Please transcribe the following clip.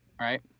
Right